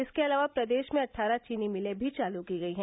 इसके अलावा प्रदेश में अटठारह चीनी मिलें भी चालू की गयी हैं